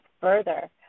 further